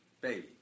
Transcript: Baby